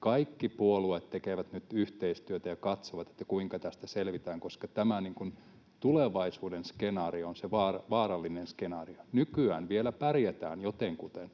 kaikki puolueet tekevät nyt yhteistyötä ja katsovat, kuinka tästä selvitään, koska tämä tulevaisuuden skenaario on se vaarallinen skenaario. Nykyään vielä pärjätään jotenkuten,